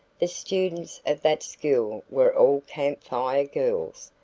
the students of that school were all camp fire girls,